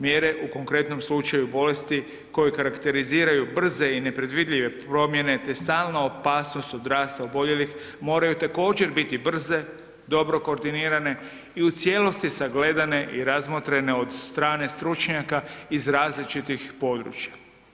Mjere u konkretnom slučaju bolesti koje karakteriziraju brze i nepredvidljive promjene, te stalna opasnost od rasta oboljelih moraju također biti brze, dobro koordinirane i u cijelosti sagledane i razmotrene od strane stručnjaka iz različitih područja.